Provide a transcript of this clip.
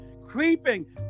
creeping